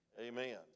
Amen